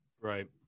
right